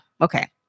Okay